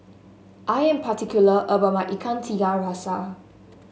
I am particular about my Ikan Tiga Rasa